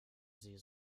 sie